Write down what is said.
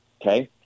okay